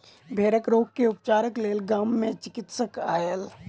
भेड़क रोग के उपचारक लेल गाम मे चिकित्सक आयल